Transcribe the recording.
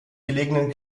gelegenen